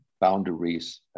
boundaries